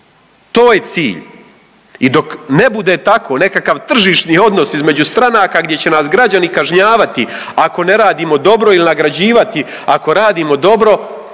To je cilj! I dok ne bude tako nekakav tržišni odnos između stranaka gdje će nas građani kažnjavati ako ne radimo dobro ili nagrađivati ako radimo dobro.